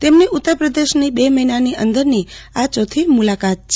તેમની ઉત્તર પ્રદેશની બે મહિનાની અંદરની આ ચોથી મુલાકાત છે